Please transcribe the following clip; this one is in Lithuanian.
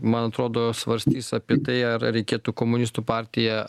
man atrodo svarstys apie tai ar reikėtų komunistų partiją